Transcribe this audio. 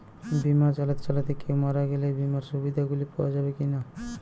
বিমা চালাতে চালাতে কেও মারা গেলে বিমার সুবিধা গুলি পাওয়া যাবে কি না?